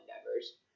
endeavors